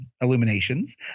Illuminations